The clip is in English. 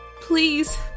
please